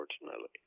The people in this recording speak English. unfortunately